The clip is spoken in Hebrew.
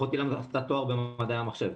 אחותי עשתה תואר במדעי המחשב.